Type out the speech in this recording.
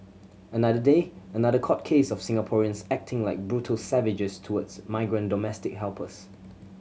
another day another court case of Singaporeans acting like brutal savages towards migrant domestic helpers